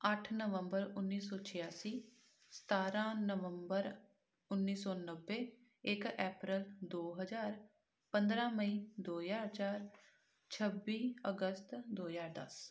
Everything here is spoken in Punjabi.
ਅੱਠ ਨਵੰਬਰ ਉੱਨੀ ਸੌ ਛਿਆਸੀ ਸਤਾਰਾਂ ਨਵੰਬਰ ਉੱਨੀ ਸੌ ਨੱਬੇ ਇੱਕ ਐਪ੍ਰੈਲ ਦੋ ਹਜ਼ਾਰ ਪੰਦਰਾਂ ਮਈ ਦੋ ਹਜ਼ਾਰ ਚਾਰ ਛੱਬੀ ਅਗਸਤ ਦੋ ਹਜ਼ਾਰ ਦਸ